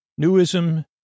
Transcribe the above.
newism